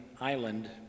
Island